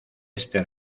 este